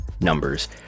numbers